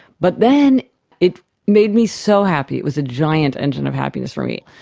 but then it made me so happy. it was a giant engine of happiness for me.